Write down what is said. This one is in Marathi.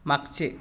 मागचे